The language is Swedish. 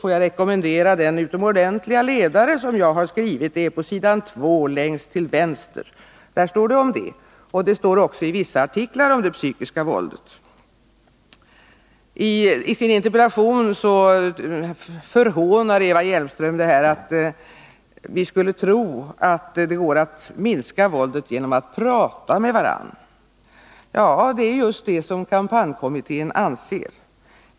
Får jag rekommendera den utomordentliga ledare som jag har skrivit på s. 2 längst till vänster. Där kan man läsa om den saken. Även i vissa artiklar står det att läsa om det psykiska våldet. I sin interpellation förhånar Eva Hjelmström det förhållandet att vi skulle tro att det går att minska våldet genom att prata med varandra. Ja, det är just det som kampanjkommittén anser.